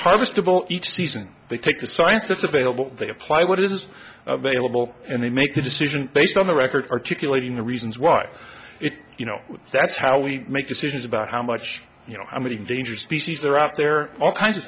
harvestable each season they cook the science that's available they apply what is available and they make a decision based on the record articulating the reasons why it you know that's how we make decisions about how much you know how many endangered species are out there all kinds of